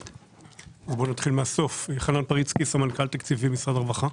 אני סמנכ"ל תקציבים במשרד הרווחה.